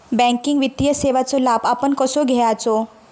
Banking वित्तीय सेवाचो लाभ आपण कसो घेयाचो?